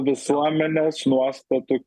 visuomenės nuostatų